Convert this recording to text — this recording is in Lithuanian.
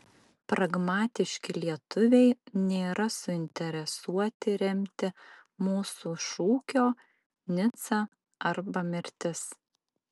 pragmatiški lietuviai nėra suinteresuoti remti mūsų šūkio nica arba mirtis